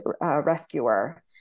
rescuer